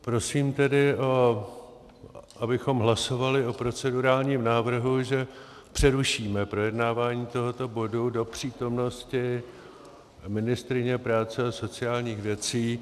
Prosím tedy, abychom hlasovali o procedurálním návrhu, že přerušíme projednávání tohoto bodu do přítomnosti ministryně práce a sociálních věcí.